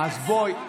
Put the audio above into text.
אז בואי.